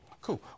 Cool